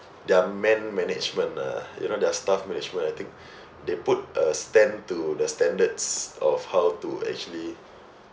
their man management ah you know their staff management I think they put a stand to the standards of how to actually